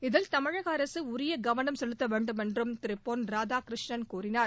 இதில் தமிழக அரசு உரிய கவனம் செலுத்த வேண்டும் என்றும் திரு பொன் ராதாகிருஷ்ணன் கூறினார்